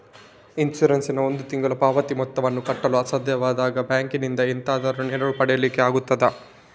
Insurance ನ ಒಂದು ತಿಂಗಳ ಪಾವತಿ ಮೊತ್ತವನ್ನು ಕಟ್ಟಲು ಅಸಾಧ್ಯವಾದಾಗ ಬ್ಯಾಂಕಿನಿಂದ ಎಂತಾದರೂ ನೆರವು ಪಡಿಲಿಕ್ಕೆ ಆಗ್ತದಾ?